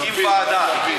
הקים ועדה.